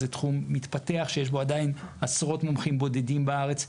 זה תחום מתפתח שיש בו עדיין עשרות מומחים בודדים בארץ,